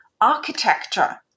architecture